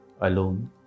alone